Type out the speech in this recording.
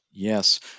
Yes